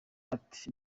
ati